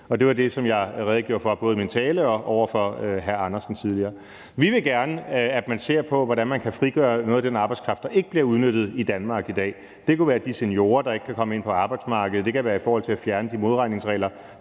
det var det, som jeg redegjorde for både i min tale og over for hr. Hans Andersen tidligere. Vi vil gerne, at man ser på, hvordan man kan frigøre noget af den arbejdskraft, der ikke bliver udnyttet i Danmark i dag. Det kunne være de seniorer, der ikke kan komme ind på arbejdsmarkedet, og det kunne være i forhold til at fjerne de modregningsregler,